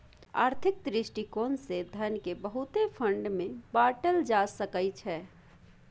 आर्थिक दृष्टिकोण से धन केँ बहुते फंड मे बाटल जा सकइ छै